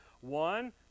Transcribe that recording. One